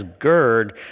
GERD